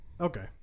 Okay